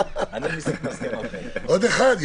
עוד אחד?